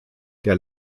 der